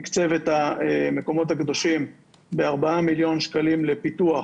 תיקצב את המקומות הקדושים בארבעה מיליון שקלים לפיתוח